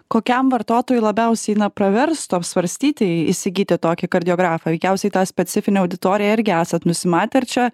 kokiam vartotojui labiausiai na praverstų apsvarstyti įsigyti tokį kardiografą veikiausiai tą specifinę auditoriją irgi esat nusimatę ar čia